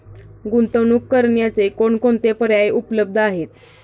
गुंतवणूक करण्याचे कोणकोणते पर्याय उपलब्ध आहेत?